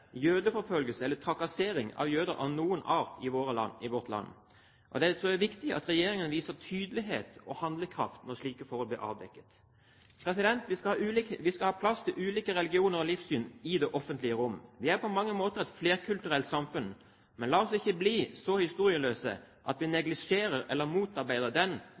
jødeforfølgelse eller trakassering av jøder av noen art i vårt land. Jeg tror det er viktig at regjeringen viser tydelighet og handlekraft når slike forhold blir avdekket. Vi skal ha plass til ulike religioner og livssyn i det offentlige rom. Vi er på mange måter et flerkulturelt samfunn, men la oss ikke bli så historieløse at vi neglisjerer eller motarbeider den